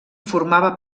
formava